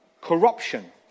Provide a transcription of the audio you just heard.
corruption